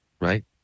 Right